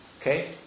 Okay